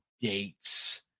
dates